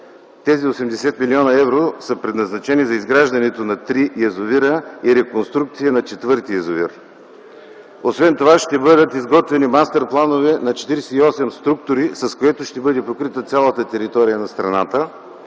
Тези 80 млн. евро са предназначени за изграждането на три язовира и реконструкцията на четвърти язовир. Освен това ще бъдат изготвени мастерс планове на 48 структури, с което ще бъде покрита цялата територия на страната